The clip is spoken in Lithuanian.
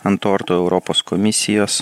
ant torto europos komisijos